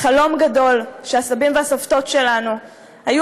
חלום גדול שהסבים והסבתות שלנו היו